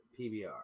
PBR